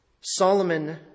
Solomon